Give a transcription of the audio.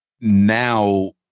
now